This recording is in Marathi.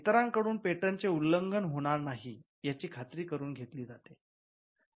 इतरांकडून पेटंटचे उल्लंघन होणार नाही याची खात्री करुन घेतली जाते